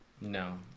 no